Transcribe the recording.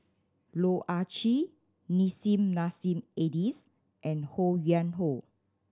Loh Ah Chee Nissim Nassim Adis and Ho Yuen Hoe